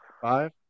Five